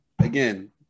again